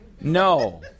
No